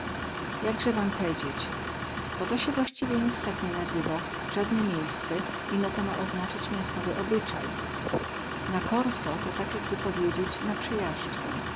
jakze wam pedzieć bo sie to właściwie nic tak nie nazywa zadne miejsce ino to ma oznacać miastowy obycaj na korso to tak jakby powiedzieć na przejazdzkę